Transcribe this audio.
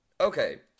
Okay